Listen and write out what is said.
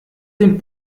dem